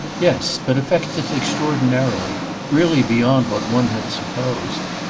yes but affects it extraordinarily really beyond what one had supposed.